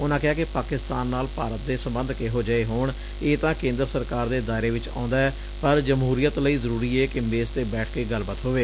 ਉਨੂਾ ਕਿਹਾ ਕਿ ਪਾਕਿਸਤਾਨ ਨਾਲ ਭਾਰਤ ਦੇ ਸਬੰਧ ਕਿਹੋ ਜਹੇ ਹੋਣ ਇਹ ਤਾਂ ਕੇਂਦਰ ਸਰਕਾਰ ਦੇ ਦਾਇਰੇ ਵਿਚ ਆਉਦੈ ਪਰ ਜਮਹੂਰੀਅਤ ਲਈ ਜਰੂਰੀ ਏ ਕਿ ਮੇਜ਼ ਤੇ ਬੈਠ ਕੇ ਗੱਲਬਾਤ ਹੋਵੇ